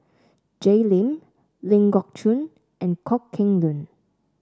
Jay Lim Ling Geok Choon and Kok Heng Leun